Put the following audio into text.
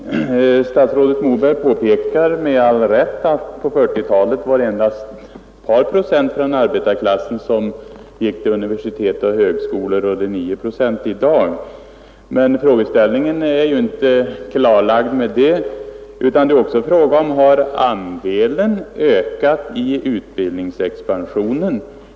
Herr talman! Statsrådet Moberg påpekar med all rätt att det på 1940-talet endast var ett par procent från arbetarklassen som gick till universitet och högskolor medan det är 9 procent i dag. Men frågeställningen är ju inte klarlagd med det. Det är också fråga om detta: Har andelen ökat i utbildningsexpansionen?